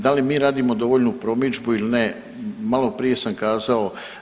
Da li mi radimo dovoljnu promidžbu ili ne, maloprije sam kazao.